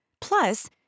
Plus